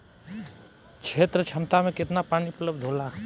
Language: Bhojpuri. क्षेत्र क्षमता में केतना पानी उपलब्ध होला?